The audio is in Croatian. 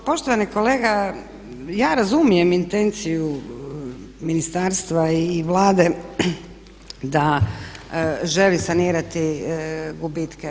Ma poštovani kolega, ja razumijem intenciju ministarstva i Vlade da želi sanirati gubitke.